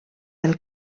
del